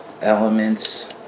elements